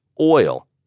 Oil